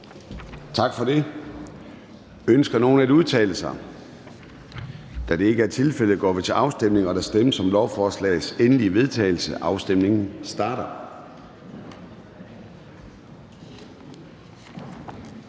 Tak for det. Ønsker nogen at udtale sig? Da det ikke er tilfældet, går vi til afstemning. Kl. 10:01 Afstemning Formanden (Søren Gade): Der stemmes om lovforslagets endelige vedtagelse. Afstemningen starter.